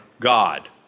God